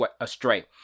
astray